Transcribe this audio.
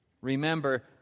Remember